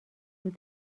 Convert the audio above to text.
زود